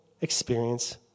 experience